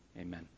Amen